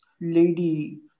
lady